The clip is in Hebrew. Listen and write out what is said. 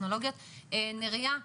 תקנות מכשירים רפואיים מיוחדים ובכלל.